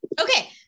Okay